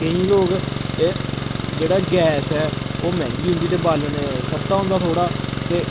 केईं लोग एह् जेह्ड़ा गैस ऐ ओह् मैंह्गी होंदी ते बालन सस्ता होंदा थोह्ड़ा ते